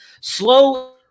slow